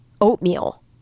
oatmeal